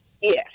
Yes